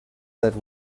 that